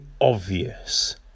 obvious